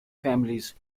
families